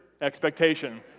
expectation